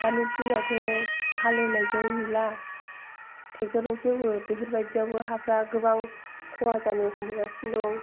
दानि दिनावथ' हाल एवनाय जों नुला थेकटरजोंसो एवो बेफोर बायदिआबो हाफ्रा गोबां ख'हा जानो हमबोगासिनो दं